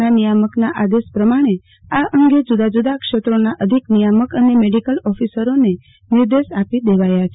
ના નિયામકનાં આદેશ પ્રમાણે આ અંગે જુદા જુદા ક્ષેત્રોના અધિક નિયામક અને મેડિકલ ઓફિસરોને નિર્દેશ આપી દેવાયા છે